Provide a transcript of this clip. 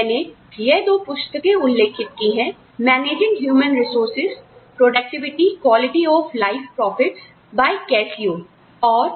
मैंने यह दो पुस्तकें उल्लिखित की हैं managing human resources productivity quality of life प्रॉफिट्सजो क्यासीओ द्वारा लिखी है Managing Human Resources Productivity Quality of Work Life Profits by Cascio